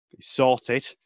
sorted